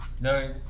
no